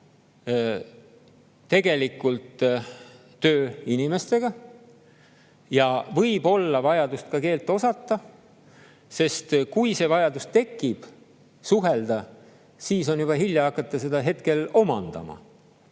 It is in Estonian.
tegelikult töö inimestega ja võib olla vajadus ka keelt osata, sest kui juba tekib vajadus suhelda, siis on hilja hakata seda hetkel omandama.